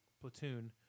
platoon